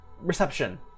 reception